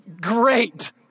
great